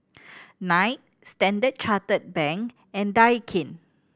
Knight Standard Chartered Bank and Daikin